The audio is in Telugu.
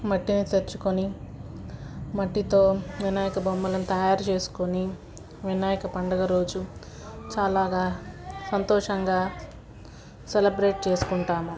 మట్టిని తెచ్చుకొని మట్టితో వినాయక బొమ్మలని తయారు చేసుకుని వినాయక పండుగ రోజు చాలాగా సంతోషంగా సెలబ్రేట్ చేసుకుంటాము